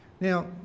Now